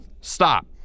stop